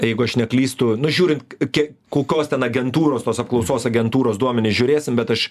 jeigu aš neklystu nu žiūrint ki kokios ten agentūros tos apklausos agentūros duomenis žiūrėsim bet aš